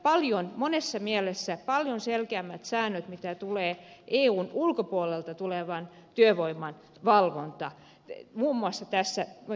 meillä on monessa mielessä paljon selkeämmät säännöt mitä tulee eun ulkopuolelta tulevan työvoiman valvontaan muun muassa tässä asiassa